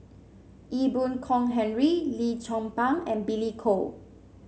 Ee Boon Kong Henry Lim Chong Pang and Billy Koh